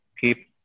keep